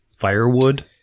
Firewood